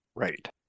Right